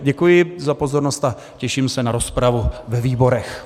Děkuji za pozornost a těším se na rozpravu ve výborech.